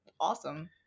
awesome